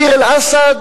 בדיר-אל-אסד,